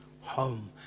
home